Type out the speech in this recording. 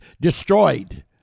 destroyed